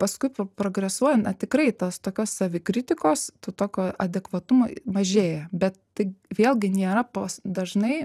paskui pro progresuojant tikrai tos tokios savikritikos to tokio adekvatumo mažėja bet tai vėlgi nėra pos dažnai